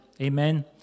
Amen